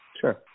sure